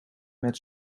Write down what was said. met